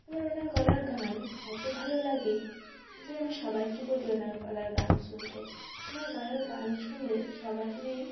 আমার ওনার গলার গান এতো ভালো লাগে যে আমি সবাইকে বলি ওনার গলার গান শুনতে ওনার গলার গান শুনলে সবারিই